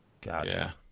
Gotcha